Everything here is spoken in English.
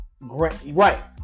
Right